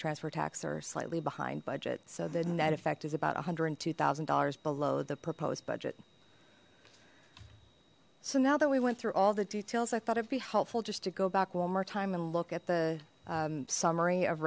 transfer tax are slightly behind budget so the net effect is about one hundred and two thousand dollars below the proposed budget so now that we went through all the details i thought it'd be helpful just to go back one more time and look at the summary of